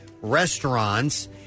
restaurants